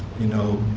you know,